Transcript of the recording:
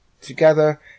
together